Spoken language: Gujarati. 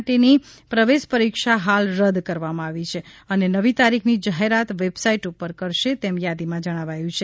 માટેની પ્રવેશ પરીક્ષા હાલ રદ કરવામાં આવી છે અને નવી તારીખની જાહેરાત વેબસાઇટ ઉપર કરશે તેમ યાદીમાં જણાવાયું છે